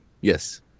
Yes